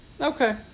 Okay